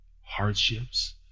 hardships